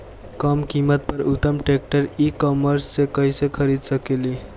कम कीमत पर उत्तम ट्रैक्टर ई कॉमर्स से कइसे खरीद सकिले?